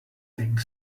think